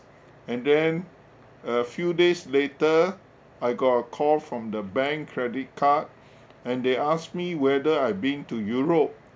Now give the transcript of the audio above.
and then a few days later I got a call from the bank credit card and they asked me whether I've been to europe